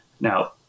Now